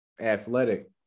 athletic